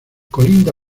colinda